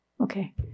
Okay